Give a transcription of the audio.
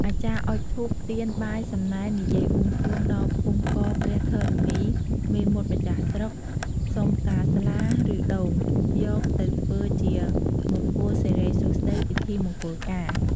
អាចារ្យអុជធូប ទៀន បាយ សំណែន និយាយបួង សួងដល់ភូមិករព្រះធរណី មេមត់ម្ចាស់ស្រុក សុំផ្កាស្លាឬ ដូង យកទៅធ្វើជាមង្គលសិរីសួស្តីពិធីមង្គលការ ។